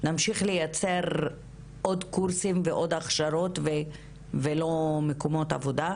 נמשיך לייצר עוד קורסים ועוד הכשרות ולא מקומות עבודה?